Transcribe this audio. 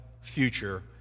future